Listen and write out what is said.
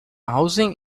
housing